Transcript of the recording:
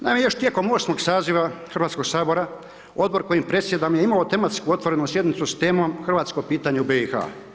Naime još tijekom 8. saziva Hrvatskog sabora odbor koji predsjeda je imao tematsku otvorenu sjednicu s temom hrvatskog pitanje BIH.